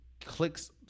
clicks